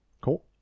Cool